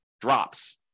drops